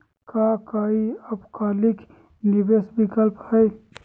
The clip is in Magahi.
का काई अल्पकालिक निवेस विकल्प हई?